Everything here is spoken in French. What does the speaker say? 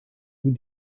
gout